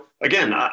again